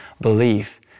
belief